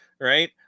right